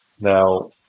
Now